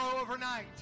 overnight